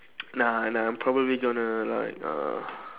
nah nah I'm probably gonna like uh